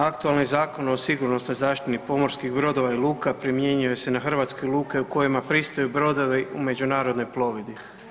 Aktualni Zakon o sigurnosnoj zaštiti pomorskih brodova i luka primjenjuje se na hrvatske luke u kojima pristaju brodovi u međunarodnoj plovidbi.